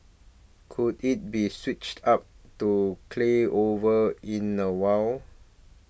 could it be switched up to clay over in a while